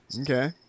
Okay